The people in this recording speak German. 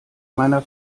meiner